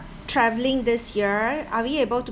travelling this year are we able to